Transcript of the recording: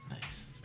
Nice